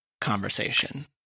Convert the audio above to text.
conversation